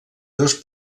dos